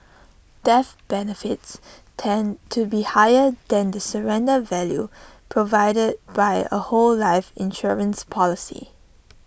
death benefits tend to be higher than the surrender value provided by A whole life insurance policy